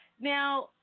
now